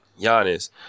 Giannis